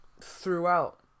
throughout